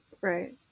right